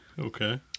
Okay